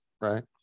right